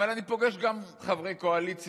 אבל אני פוגש גם חברי קואליציה,